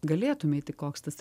galėtumei tik koks tas